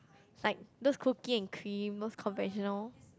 like those cookie and cream those conventional